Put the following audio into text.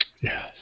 Yes